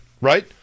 right